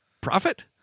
profit